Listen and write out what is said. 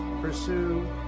pursue